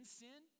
sin